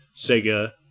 Sega